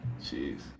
jeez